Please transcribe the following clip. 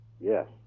Yes